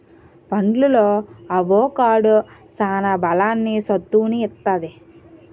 పండులో అవొకాడో సాన బలాన్ని, సత్తువును ఇత్తది